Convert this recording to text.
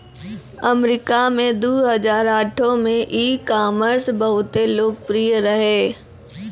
अमरीका मे दु हजार आठो मे ई कामर्स बहुते लोकप्रिय रहै